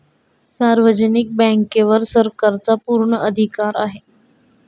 सार्वजनिक बँकेवर सरकारचा पूर्ण अधिकार आहे